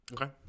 Okay